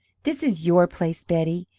this is your place, betty.